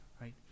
right